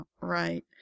right